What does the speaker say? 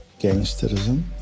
gangsterism